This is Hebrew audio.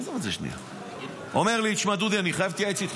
הוא אומר לי: תשמע, דודי, אני חייב להתייעץ איתך.